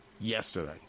yesterday